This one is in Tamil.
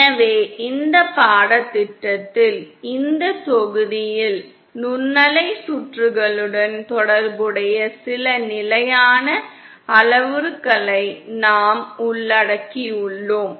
எனவே இந்த பாடத்திட்டத்தில் இந்த தொகுதியில் நுண்ணலை சுற்றுகளுடன் தொடர்புடைய சில நிலையான அளவுருக்களை நாம் உள்ளடக்கியுள்ளோம்